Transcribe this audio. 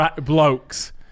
blokes